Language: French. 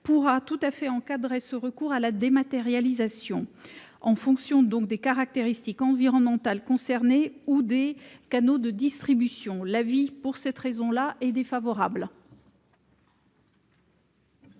pourra tout à fait encadrer le recours à la dématérialisation en fonction des caractéristiques environnementales concernées ou des canaux de distribution. L'avis est donc défavorable